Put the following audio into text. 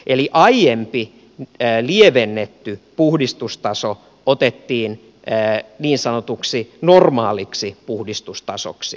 eli aiempi lievennetty puhdistustaso otettiin niin sanotuksi normaaliksi puhdistustasoksi